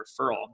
referral